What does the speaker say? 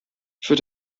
für